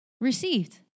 received